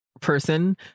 person